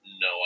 no